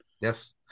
Yes